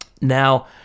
Now